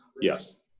Yes